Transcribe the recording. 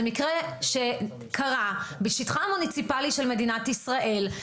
זה מקרה שקרה בשטחה המוניציפלי של מדינת ישראל,